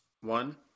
one